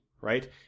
right